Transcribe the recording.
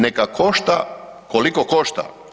Neka košta koliko košta.